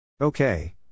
Okay